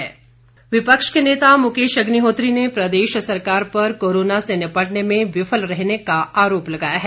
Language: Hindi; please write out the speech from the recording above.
मुकेश अग्निहोत्री विपक्ष के नेता मुकेश अग्निहोत्री ने प्रदेश सरकार पर कोरोना से निपटने में विफल रहने का अरोप लगाया है